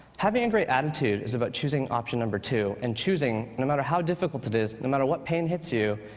having a and great attitude is about choosing option number two, and choosing, no matter how difficult it is, no matter what pain hits you,